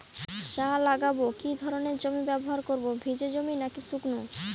চা লাগাবো কি ধরনের জমি ব্যবহার করব ভিজে জমি নাকি শুকনো?